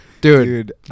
dude